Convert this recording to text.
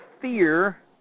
fear